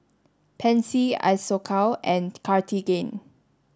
Pansy Isocal and Cartigain